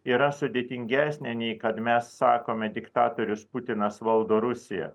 yra sudėtingesnė nei kad mes sakome diktatorius putinas valdo rusiją